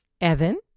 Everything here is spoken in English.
Evan